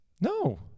No